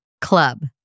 club